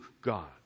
God